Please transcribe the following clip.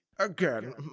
Again